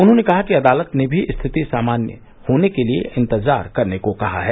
उन्होंने कहा कि अदालत ने भी स्थिति सामान्य होने के लिए इंतजार करने को कहा है